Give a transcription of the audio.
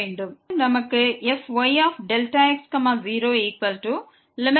பின்னர் நமக்கு இது கிடைக்கிறது